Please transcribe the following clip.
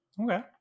okay